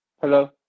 Hello